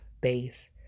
base